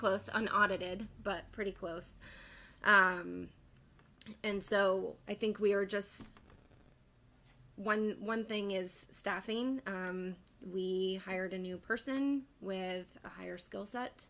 close on audited but pretty close and so i think we are just one one thing is staffing we hired a new person with a higher skill set